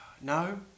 No